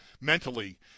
Mentally